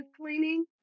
cleaning